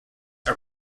are